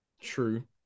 True